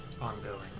Ongoing